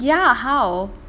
ya how